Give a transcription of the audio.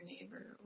neighbor